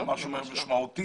זה משהו משמעותי.